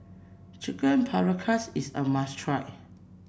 Chicken Paprikas is a must try